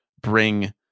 bring